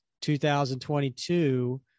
2022